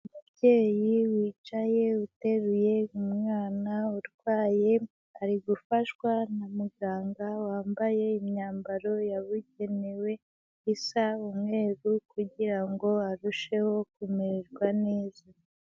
Umubyeyi wicaye, uteruye umwana urwaye, ari gufashwa na muganga wambaye imyambaro yabugenewe isa umweru, kugira ngo arusheho kumererwa neza.